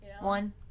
one